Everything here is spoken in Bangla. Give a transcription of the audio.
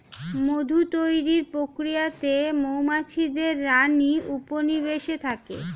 মধু তৈরির প্রক্রিয়াতে মৌমাছিদের রানী উপনিবেশে থাকে